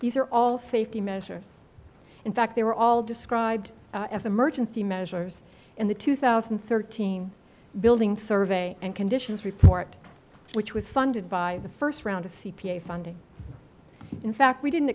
these are all safety measures in fact they were all described as emergency measures in the two thousand and thirteen building survey and conditions report which was funded by the first round of c p a funding in fact we didn't